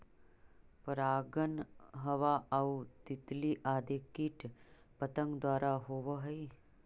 परागण हवा आउ तितली आदि कीट पतंग द्वारा होवऽ हइ